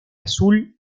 azul